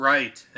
Right